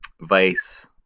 Vice